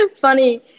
funny